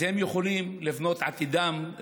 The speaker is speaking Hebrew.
אז הם יכולים לבנות את עתידם,